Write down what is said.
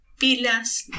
pilas